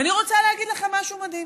ואני רוצה להגיד לכם משהו מדהים.